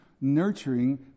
nurturing